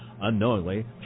Unknowingly